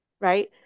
Right